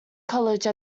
college